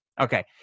Okay